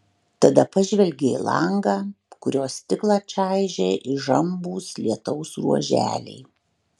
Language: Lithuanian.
tada pažvelgė į langą kurio stiklą čaižė įžambūs lietaus ruoželiai